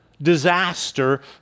Disaster